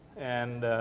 and